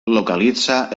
localitza